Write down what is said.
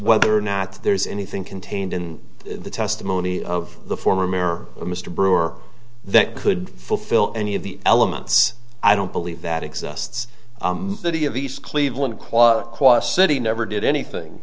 whether or not there's anything contained in the testimony of the former america mr brewer that could fulfill any of the elements i don't believe that exists that he of east cleveland qua city never did anything